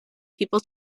people